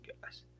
guys